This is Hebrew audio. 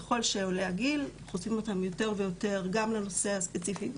ככל שעולה הגיל חושפים אותם יותר ויותר גם לנושא הספציפי,